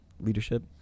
leadership